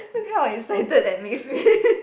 I'm proud and excited it makes me